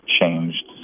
changed